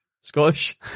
Scottish